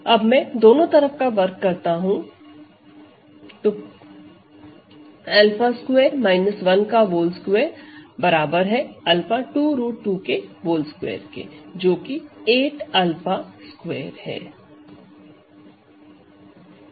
अब मैं दोनों तरफ का वर्ग करता हूं पूरे 𝛂2 12 𝛂 2 √22 जोकि 8 𝛂2 है